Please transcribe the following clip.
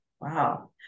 Wow